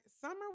summer